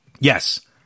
Yes